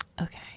Okay